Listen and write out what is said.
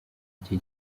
iki